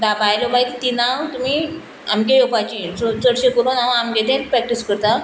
धा बायलां मागीर तिना तुमी आमगे येवपाचीं सो चडशें करून हांव आमगे थंय प्रॅक्टीस करता